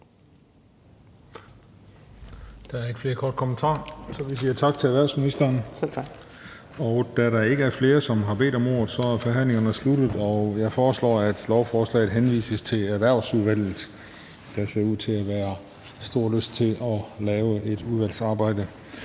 Der er ikke flere korte bemærkninger, så vi siger tak til erhvervsministeren. Da der ikke flere, som har bedt om ordet, er forhandlingen sluttet. Jeg foreslår, at lovforslaget henvises til Erhvervsudvalget – der ser ud til at være stor lyst til at lave et udvalgsarbejde.